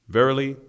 Verily